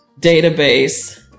database